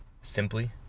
Simply